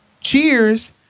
Cheers